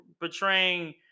betraying